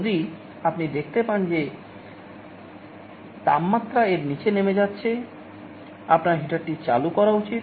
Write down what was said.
যদি আপনি দেখতে পান যে তাপমাত্রা এর নিচে নেমে যাচ্ছে আপনার হিটারটি চালু করা উচিত